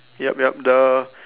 yup yup the